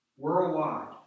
Worldwide